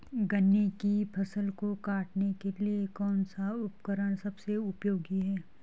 गन्ने की फसल को काटने के लिए कौन सा उपकरण सबसे उपयोगी है?